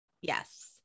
yes